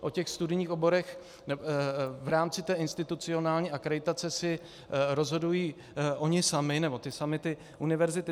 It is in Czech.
O studijních oborech v rámci té institucionální akreditace si rozhodují oni sami, nebo samy ty univerzity.